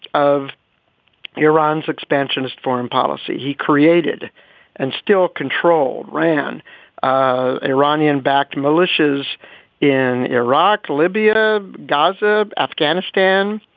of iran's expansionist foreign policy. he created and still controlled ran ah iranian backed militias in iraq, libya, gaza, afghanistan.